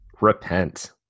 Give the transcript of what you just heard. Repent